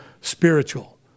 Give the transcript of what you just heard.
spiritual